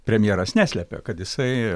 premjeras neslepia kad jisai